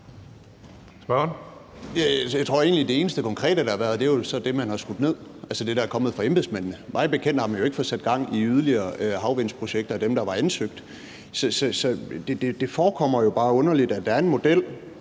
Jeg tror egentlig, at det eneste konkrete, der har været, vel så er det, man har skudt ned, altså det, der er kommet fra embedsmændene. Mig bekendt har man jo ikke fået sat gang i yderligere havvindprojekter end dem, der var blevet ansøgt om. Så det forekommer jo bare underligt, at der er en model,